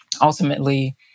ultimately